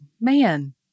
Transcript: man